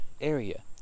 area